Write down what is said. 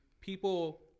people